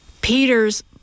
Peter's